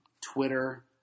Twitter –